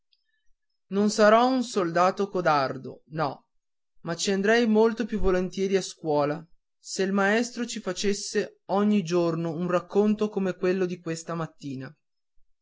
non sarò un soldato codardo no ma ci andrei molto più volentieri alla scuola se il maestro ci facesse ogni giorno un racconto come quello di questa mattina